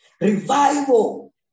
Revival